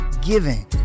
Giving